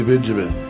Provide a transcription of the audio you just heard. Benjamin